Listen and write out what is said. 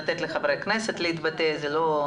לתת לחברי הכנסת להתייחס וכולי.